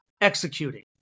executing